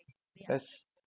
that's